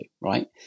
right